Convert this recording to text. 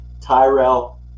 tyrell